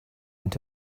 and